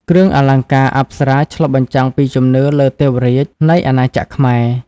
គ្រឿងអលង្ការអប្សរាឆ្លុះបញ្ចាំងពីជំនឿលើ "ទេវរាជ" នៃអាណាចក្រខ្មែរ។